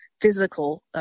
physical